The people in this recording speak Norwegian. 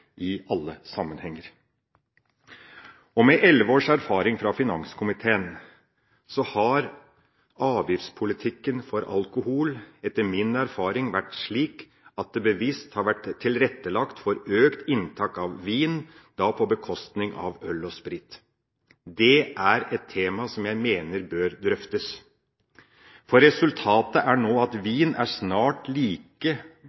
i alle sammenhenger. Etter elleve år i finanskomiteen har avgiftspolitikken for alkohol etter min erfaring vært slik at det bevisst har vært tilrettelagt for økt inntak av vin, på bekostning av øl og sprit. Det er et tema som jeg mener bør drøftes. Resultatet er at